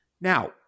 Now